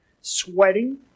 sweating